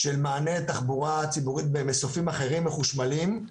של מענה תחבורה ציבורית במסופים אחרים מחושמלים,